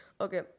okay